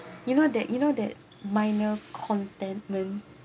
you know that you know that minor contentment